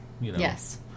Yes